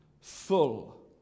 Full